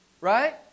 right